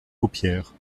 paupières